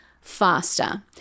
faster